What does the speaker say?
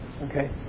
Okay